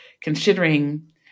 considering